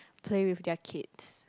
play with their kids